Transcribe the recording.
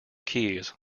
keys